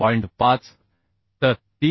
5 तर 3